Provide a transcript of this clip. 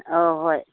ꯑꯧ ꯍꯣꯏ